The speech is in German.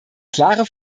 klare